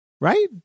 right